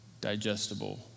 digestible